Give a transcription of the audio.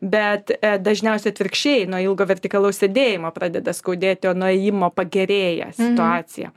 bet dažniausiai atvirkščiai nuo ilgo vertikalaus sėdėjimo pradeda skaudėti o nuo ėjimo pagerėja situacija